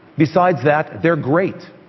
besides that, they're great.